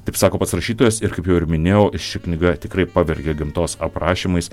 taip sako pats rašytojas ir kaip jau ir minėjau ši knyga tikrai pavergė gamtos aprašymais